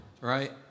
right